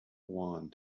wand